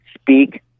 speak